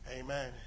Amen